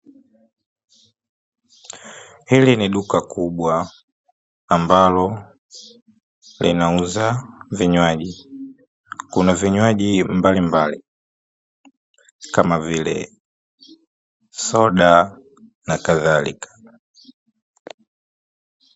Hili ni duka kubwa ambalo linauza vinywaji. Kuna vinywaji mbalimbali kama vile soda na kadhalika.